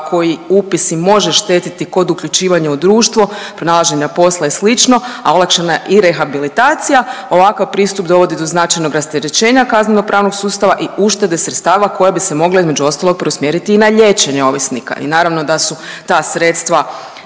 koji upis i može štetiti kod uključivanja u društvo, pronalaženja posla i slično, a olakšana je i rehabilitacija. Ovakav pristup dovodi do značajnog rasterećenja kazneno pravnog sustava i uštede sredstava koja bi se mogla između ostalog preusmjeriti i na liječenje ovisnika. I naravno da su ta sredstva